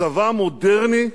מודרני,